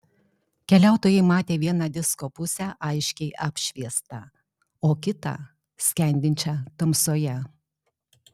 keliautojai matė vieną disko pusę aiškiai apšviestą o kitą skendinčią tamsoje